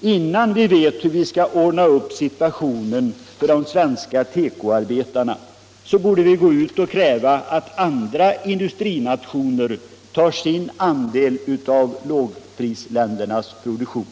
Innan vi vet hur vi skall ordna upp situationen för de svenska tekoarbetarna borde vi gå ut och kräva att andra industrinationer tar sin andel av lågprisländernas produktion.